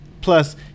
Plus